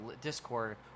Discord